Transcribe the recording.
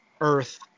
Earth